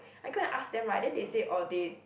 I go and ask them right then they say orh they